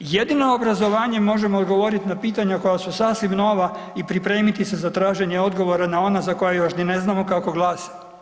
Jedino obrazovanjem možemo odgovoriti na pitanja koja su sasvim nova i pripremiti se na traženje odgovora na ona za koja još ni ne znamo kako glase.